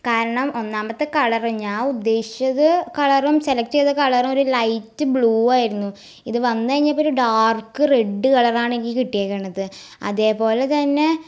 കാരണം ഒന്നാമത്തെ കളറ് ഞാൻ ഉദ്ദേശിച്ചത് കളറും സെലക്ട് ചെയ്ത് കളറും ഒരു ലൈറ്റ് ബ്ലൂവായിരുന്നു ഇത് വന്ന് കഴിഞ്ഞപ്പോൾ ഒരു ഡാർക്ക് റെഡ് കളറാണ് എനിക്ക് കിട്ടിയേക്കുന്നത് അതേപോലെതന്നെ